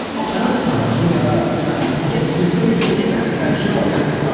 oh, another time he ah he gets mysteriously kidnapped and sherlock has to